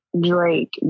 Drake